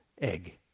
egg